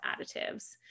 additives